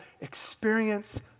experience